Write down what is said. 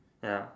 ya